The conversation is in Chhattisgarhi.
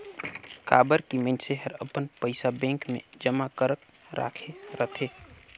काबर की मइनसे हर अपन पइसा बेंक मे जमा करक राखे रथे